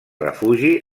refugi